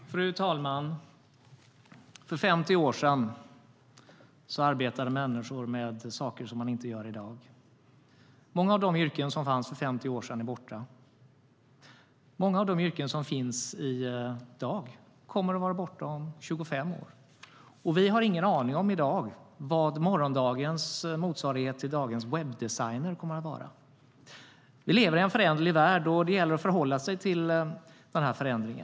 Fru talman! För 50 år sedan arbetade människor med saker som man inte gör i dag. Många av de yrken som fanns för 50 år sedan är borta. Många av de yrken som finns i dag kommer att vara borta om 25 år. Vi har i dag ingen aning om vad morgondagens motsvarighet till dagens webbdesigner kommer att vara. Vi lever i en föränderlig värld, och det gäller att förhålla sig till denna förändring.